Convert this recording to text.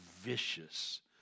vicious